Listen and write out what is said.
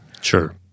Sure